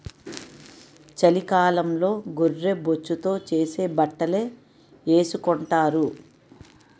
చలికాలంలో గొర్రె బొచ్చుతో చేసే బట్టలే ఏసుకొంటారు